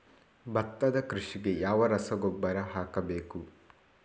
ಭತ್ತದ ಕೃಷಿಗೆ ಯಾವ ರಸಗೊಬ್ಬರ ಹಾಕಬೇಕು?